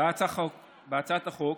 בהצעת החוק,